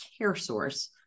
CareSource